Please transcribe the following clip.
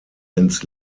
ins